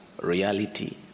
reality